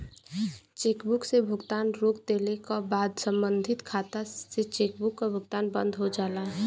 chequebook से भुगतान रोक देले क बाद सम्बंधित खाता से चेकबुक क भुगतान बंद हो जाला